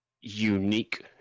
unique